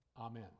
amen